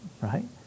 right